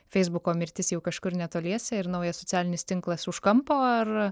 feisbuko mirtis jau kažkur netoliese ir naujas socialinis tinklas už kampo ar